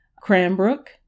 Cranbrook